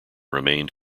remained